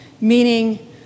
meaning